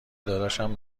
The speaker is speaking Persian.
داداشم